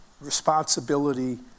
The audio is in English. responsibility